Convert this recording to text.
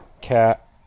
cat